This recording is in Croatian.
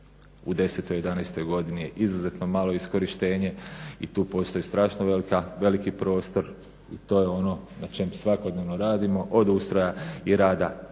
U '10., '11. godini je izuzetno malo iskorištenje i tu postoji strašno veliki prostor i to je ono na čemu svakodnevno radimo, od ustroja i rada